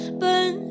burn